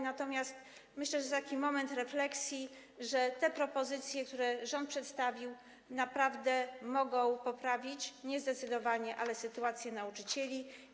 Natomiast myślę, że to taki moment refleksji, że te propozycje, które rząd przedstawił, naprawdę mogą poprawić, nie zdecydowanie, ale poprawić, sytuację nauczycieli.